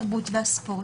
התרבות והספורט.